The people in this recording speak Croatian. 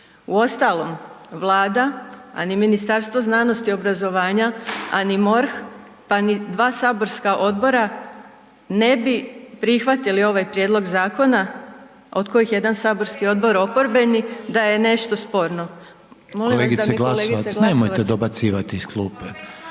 Uostalom, Vlada, a ni Ministarstvo znanosti i obrazovanja, a ni MORH, pa ni 2 saborska odbora ne bi prihvatili ovaj prijedlog zakona, od kojih jedan saborski odbor oporbeni da je nešto sporno. Molim vas da mi kolegica Glasovac